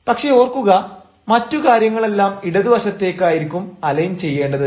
പക്ഷെ ഓർക്കുക മറ്റു കാര്യങ്ങളെല്ലാം ഇടതുവശത്തേക്ക് ആയിരിക്കും അലൈൻ ചെയ്യേണ്ടത്